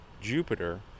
Jupiter